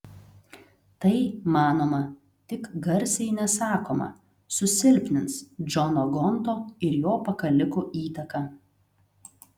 tai manoma tik garsiai nesakoma susilpnins džono gonto ir jo pakalikų įtaką